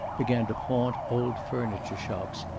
began to haunt old-furniture shops,